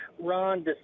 Ron